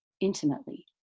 intimately